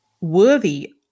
worthy